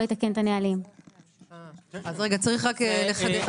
צריך לחדד.